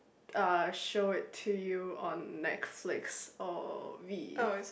uh show it to you on Netflix or we